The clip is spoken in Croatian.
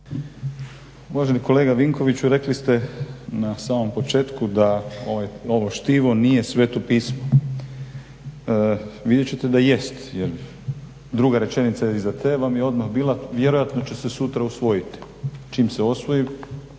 Uvaženi kolega Vinkoviću rekli ste na samom početku da ovo štivo nije Sveto Pismo. Vidjet ćete da jest jer druga rečenica iza te bila vjerojatno će se sutra usvojiti. Čim se usvoji